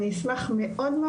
אני אשמח מאוד.